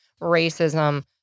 racism